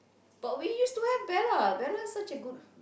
but we used to have Bella Bella such a good